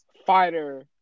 Fighter